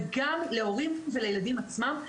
וגם להורים ולילדים עצמם.